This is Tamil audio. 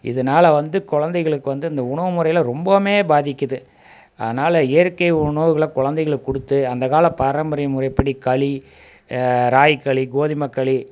இதனால் வந்து குழந்தைகளுக்கு வந்து இந்த உணவு முறையில் ரொம்பவும் பாதிக்குது அதனால் இயற்கை உணவுகளை குழந்தைகளுக்குக் கொடுத்து அந்த கால பாரம்பரிய முறைப்படி களி ராகி களி கோதுமை களி